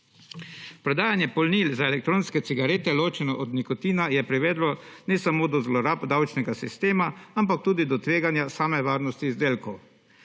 Prodajanje polnil za elektronske cigarete ločeno od nikotina je privedlo ne samo do zlorab davčnega sistema, ampak tudi do tveganja same varnosti izdelkov.